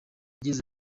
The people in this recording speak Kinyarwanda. yagize